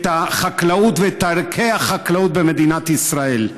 החקלאות ואת ערכי החקלאות במדינת ישראל.